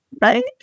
Right